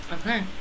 Okay